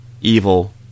evil